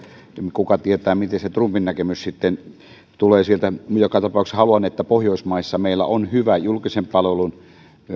kuka tietää miten se trumpin näkemys sitten sieltä tulee joka tapauksessa haluan että pohjoismaissa meillä on hyvä julkisen palvelun